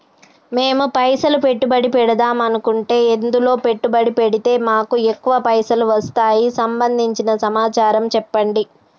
మేము పైసలు పెట్టుబడి పెడదాం అనుకుంటే ఎందులో పెట్టుబడి పెడితే మాకు ఎక్కువ పైసలు వస్తాయి సంబంధించిన సమాచారం చెప్పండి?